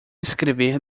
escrever